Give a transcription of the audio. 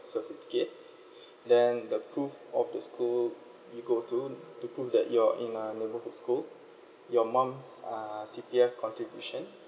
certificates then the proof of the school you go to to proof that you're in a neighbourhood school your mum's err C_P_F contribution